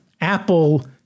Apple